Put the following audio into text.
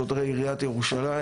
שוטרי ירושלים,